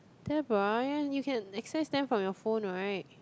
Deborah you can access them from your phone right